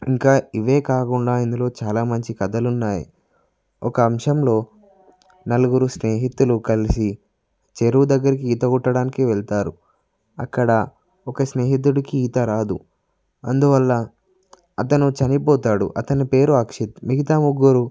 ఇంకా ఇవే కాకుండా ఇందులో చాలా మంచి కథలున్నాయి ఒక అంశంలో నలుగురు స్నేహితులు కలిసి చెరువు దగ్గరికి ఈత కొట్టడానికి వెళ్తారు అక్కడ ఒక స్నేహితుడికి ఈతరాదు అందువల్ల అతను చనిపోతాడు అతని పేరు అక్షిత్ మిగతా ముగ్గురు